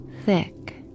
thick